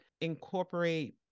incorporate